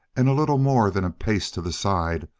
and a little more than a pace to the side,